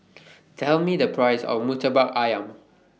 Tell Me The Price of Murtabak Ayam